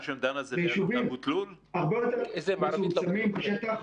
אלה יישובים הרבה יותר מצומצמים בשטח.